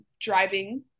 driving